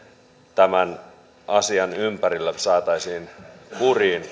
tämän asian ympärillä saataisiin kuriin